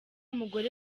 mugore